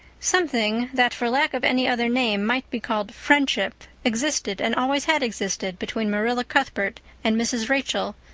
something that for lack of any other name might be called friendship existed and always had existed between marilla cuthbert and mrs. rachel,